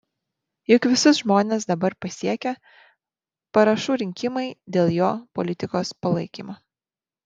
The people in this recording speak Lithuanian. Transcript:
juk visus žmones dabar pasiekia parašų rinkimai dėl jo politikos palaikymo